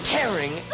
Tearing